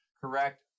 correct